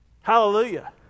Hallelujah